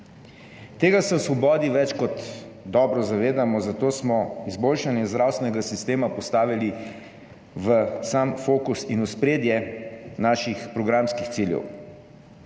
Tega se v Svobodi več kot dobro zavedamo, zato smo izboljšanje zdravstvenega sistema postavili v sam fokus in v ospredje naših programskih ciljev.